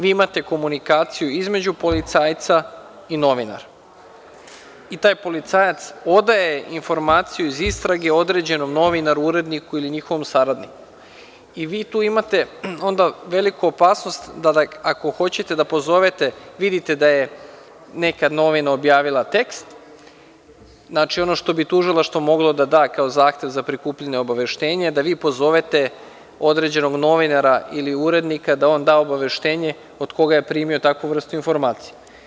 Vi imate komunikaciju između policajca i novinara i taj policajac odaje informaciju iz istrage određenom novinaru, uredniku ili njihovom saradniku i vi tu imate veliku opasnost da, ako hoćete da pozovete, vidite da je neka novina objavila tekst, ono što bi tužilaštvo moglo da da kao zahtev za prikupljanje obaveštenja, da vi pozovete određenog novinara ili urednika, da on da obaveštenje od koga je primio takvu vrstu informacije.